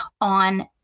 on